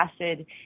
acid